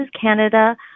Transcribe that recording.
Canada